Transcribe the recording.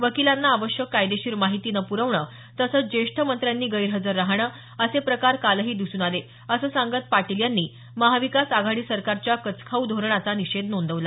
वकिलांना आवश्यक कायदेशीर माहिती न प्रवणं तसंच ज्येष्ठ मंत्र्यांनी गैरहजर राहणं असे प्रकार कालही दिसून आले असं सांगत पाटील यांनी महाविकास आघाडी सरकारच्या कचखाऊ धोरणाचा निषेध नोदवला